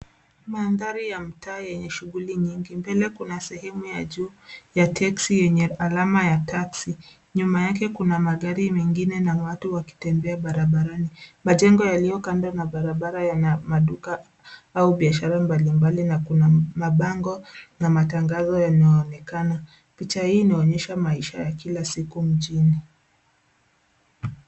Mandhari ya mtaa yenye shughuli nyingi. Mbele kuna sehemu ya juu ya teksi yenye alama ya taksi. Nyuma yake kuna magari mengine na watu wakitembea barabarani. Majengo yaliyo kando na barabara yana maduka au biashara mbalimbali na kuna mabango na matangazo yanaonekana. Picha hii inaonyesha maisha ya kila siku mjini.